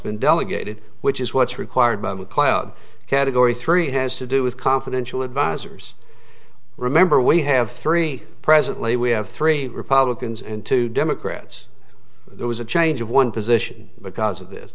been delegated which is what's required by macleod category three has to do with confidential advisors remember we have three presently we have three republicans and two democrats there was a change of one position because of this